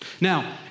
Now